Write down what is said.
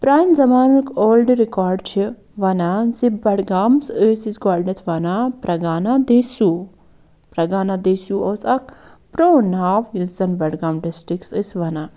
پرانہِ زَمانُک old record چھِ وَنان زِ بڈگامَس ٲسۍ أسۍ گۄڈٕنٮ۪تھ وَنان پرگانا دٮ۪سوٗ پرگانا دٮ۪سوٗ اوس اکھ پرٛون ناو یُس زَن بڈگام ڈِسٹرکَس ٲسۍ وَنان